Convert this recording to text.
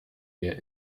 wir